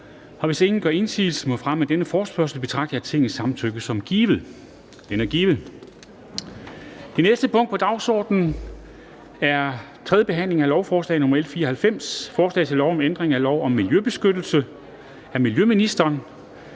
Hvis ingen gør indsigelse mod fremme af denne forespørgsel, betragter jeg Tingets samtykke som givet. Det er givet. --- Det næste punkt på dagsordenen er: 2) 3. behandling af lovforslag nr. L 94: Forslag til lov om ændring af lov om miljøbeskyttelse. (Nationale